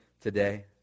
today